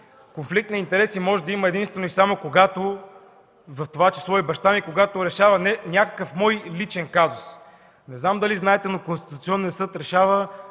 Конфликт на интереси може да има единствено и само, в това число и баща ми, когато решава някакъв мой личен казус. Не знам дали знаете, но Конституционният съд решава